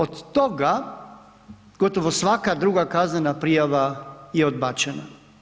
Od toga gotovo svaka druga kaznena prijava je odbačena.